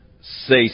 say